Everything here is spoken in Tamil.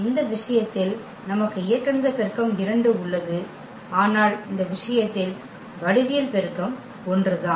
இந்த விஷயத்தில் நமக்கு இயற்கணித பெருக்கம் 2 உள்ளது ஆனால் இந்த விஷயத்தில் வடிவியல் பெருக்கம் 1 தான்